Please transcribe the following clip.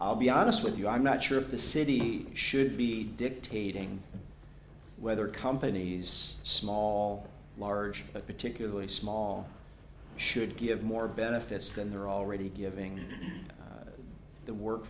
i'll be honest with you i'm not sure of the city should be dictating whether companies small large but particularly small should give more benefits than they're already giving the work